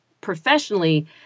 professionally